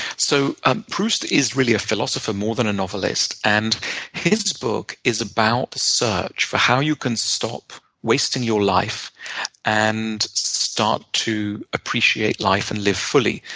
so ah proust is really a philosopher more than a novelist. and his book is about a search for how you can stop wasting your life and start to appreciate life and live fully.